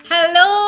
Hello